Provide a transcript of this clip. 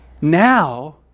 Now